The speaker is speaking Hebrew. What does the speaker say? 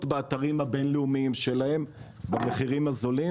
באתרים הבינלאומיים שלהם במחירים הזולים,